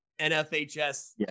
NFHS